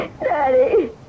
Daddy